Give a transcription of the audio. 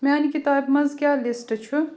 میٛانہِ کِتابہِ منٛز کیٛاہ لِسٹ چھُ